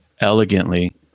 elegantly